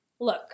Look